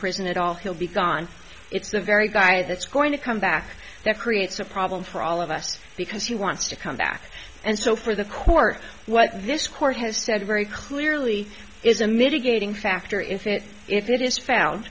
prison at all he'll be gone it's the very guy that's going to come back that creates a problem for all of us because he wants to come back and so for the court what this court has said very clearly is a mitigating factor if it if it is